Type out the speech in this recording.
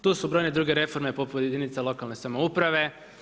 Tu su brojne druge reforme poput jedinica lokalne samouprave.